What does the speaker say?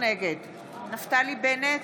נגד נפתלי בנט,